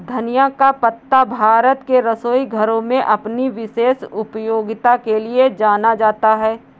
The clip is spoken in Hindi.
धनिया का पत्ता भारत के रसोई घरों में अपनी विशेष उपयोगिता के लिए जाना जाता है